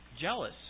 jealous